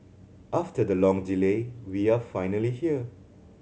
after the long delay we are finally here